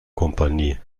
kompanie